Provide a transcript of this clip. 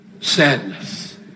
sadness